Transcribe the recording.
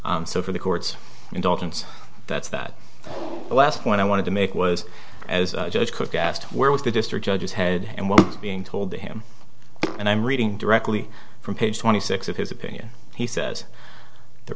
so for the court's indulgence that's that last point i wanted to make was as judge cook asked where was the district judges head and what is being told to him and i'm reading directly from page twenty six of his opinion he says the